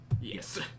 Yes